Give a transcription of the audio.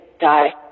die